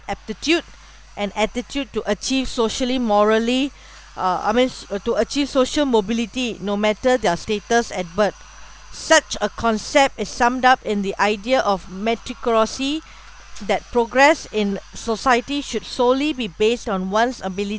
aptitude and attitude to achieve socially morally uh mean to achieve social mobility no matter their status at birth such a concept is summed up in the idea of meritocracy that progress in society should solely be based one's